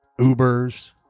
Ubers